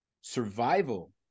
survival